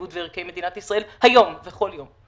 ייעוד וערכי מדינת ישראל היום ובכל יום.